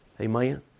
Amen